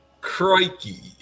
crikey